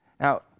Now